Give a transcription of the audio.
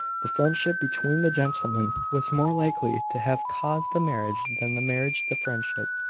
the friendship between the gentlemen was more likely to have caused the marriage than the marriage the friendship.